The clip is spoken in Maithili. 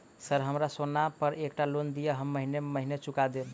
सर हमरा सोना पर एकटा लोन दिऽ हम महीने महीने चुका देब?